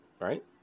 Right